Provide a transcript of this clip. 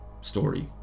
story